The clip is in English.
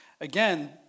Again